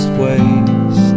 ways